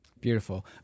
Beautiful